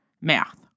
math